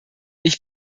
ich